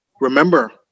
remember